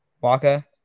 Waka